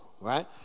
right